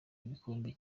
igikombe